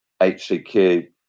HCQ